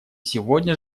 сегодня